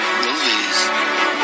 movies